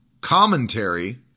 commentary